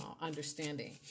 understanding